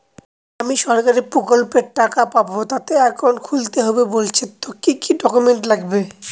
আমি সরকারি প্রকল্পের টাকা পাবো তাতে একাউন্ট খুলতে হবে বলছে তো কি কী ডকুমেন্ট লাগবে?